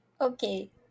Okay